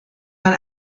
man